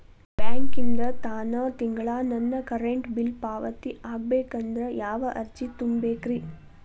ಬ್ಯಾಂಕಿಂದ ತಾನ ತಿಂಗಳಾ ನನ್ನ ಕರೆಂಟ್ ಬಿಲ್ ಪಾವತಿ ಆಗ್ಬೇಕಂದ್ರ ಯಾವ ಅರ್ಜಿ ತುಂಬೇಕ್ರಿ?